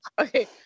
Okay